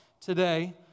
today